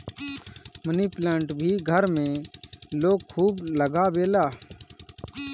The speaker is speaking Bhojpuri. मनी प्लांट भी घर में लोग खूब लगावेला